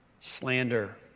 slander